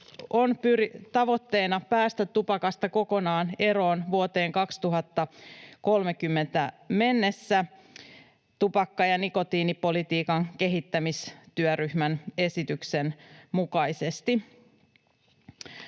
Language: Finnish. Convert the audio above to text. on tavoitteena päästä tupakasta kokonaan eroon vuoteen 2030 mennessä tupakka- ja nikotiinipolitiikan kehittämistyöryhmän esityksen mukaisesti.